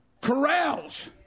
corrals